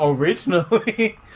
Originally